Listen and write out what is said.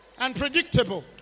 unpredictable